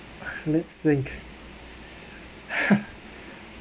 let's think